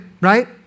right